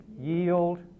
yield